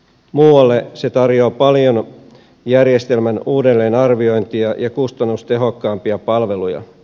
muualle se tarjoaa paljon järjestelmän uudelleenarviointia ja kustannustehokkaampia palveluja